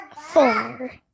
Four